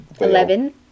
Eleven